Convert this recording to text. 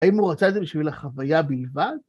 האם הוא רצה את זה בשביל החוויה בלבד?